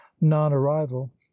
non-arrival